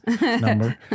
number